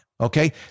Okay